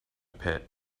pit